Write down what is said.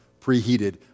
preheated